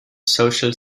social